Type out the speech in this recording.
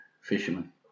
fisherman